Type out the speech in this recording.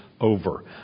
over